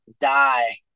die